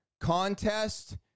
contest